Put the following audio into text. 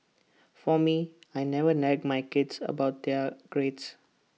for me I never nag my kids about their grades